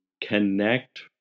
connect